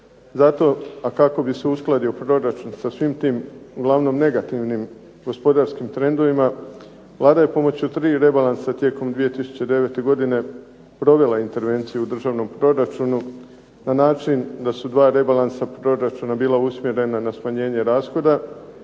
Zato a kako bi se uskladio proračun sa svim tim uglavnom negativnim gospodarskim trendovima Vlada je pomoću tri rebalansa tijekom 2009. godine provela intervenciju u državnom proračunu na način da su dva rebalansa proračuna bila usmjerena na smanjenje rashoda